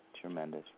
tremendous